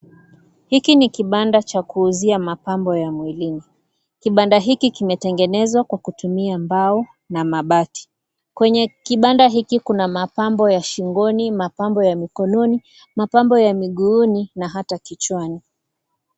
Hiki ni kibanda cha kuuzia mapambo ya mwilini. Kibanda hiki, kimetengenezwa kwa kutumia mbao na mabati. Kwenye kibanda hiki, kuna mapambo ya shingoni, mapambo ya mikononi, mapambo ya miguuni na hata kichwani.